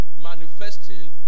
manifesting